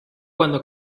cuando